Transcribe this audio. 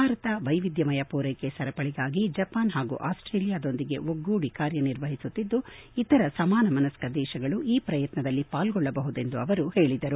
ಭಾರತ ವೈವಿಧ್ಯಮಯ ಪೂರೈಕೆ ಸರಪಳಿಗಾಗಿ ಜಪಾನ್ ಹಾಗೂ ಆಸ್ವೇಲಿಯಾ ದೊಂದಿಗೆ ಒಗ್ಗೂಡಿ ಕಾರ್ಯನಿರ್ವಹಿಸುತ್ತಿದ್ದು ಇತರ ಸಮಾನ ಮನಸ್ಕ ದೇಶಗಳು ಈ ಪ್ರಯತ್ನದಲ್ಲಿ ಪಾಲ್ಗೊಳ್ಳಬಹುದು ಎಂದು ಅವರು ಹೇಳಿದರು